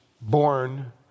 born